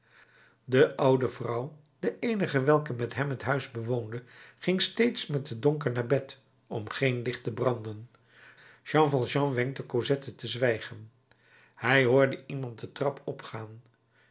de oude vrouw de eenige welke met hem het huis bewoonde ging steeds met het donker naar bed om geen licht te branden jean valjean wenkte cosette te zwijgen hij hoorde iemand de trap opgaan